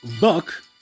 buck